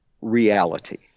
reality